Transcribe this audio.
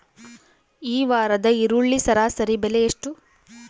ಈ ವಾರದ ಈರುಳ್ಳಿ ಸರಾಸರಿ ಬೆಲೆ ಎಷ್ಟು?